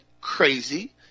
crazy